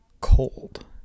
Cold